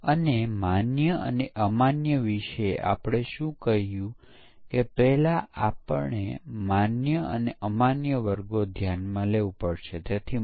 આપણી પાસે સોફ્ટવેર પરીક્ષણમાં તેની સાથે સમાનતા છે જેથી તેને પેસ્ટિસાઇડ અસર તરીકે ઓળખવામાં આવે છે